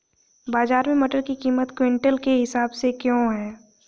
बाजार में मटर की कीमत क्विंटल के हिसाब से क्यो है?